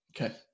Okay